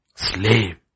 Slave